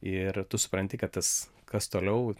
ir tu supranti kad tas kas toliau